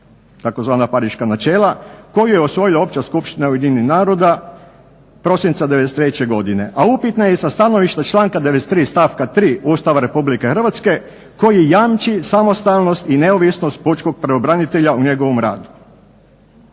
tzv. Pariška načela. Koju je osvojila opća skupština UN-a prosinca 1993. godine,a upitna je i sa stanovišta članka 93. stavka 3. Ustava Republike Hrvatske koji jamči samostalnost i neovisnost pučkog pravobranitelja u njegovom radu.